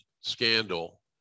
scandal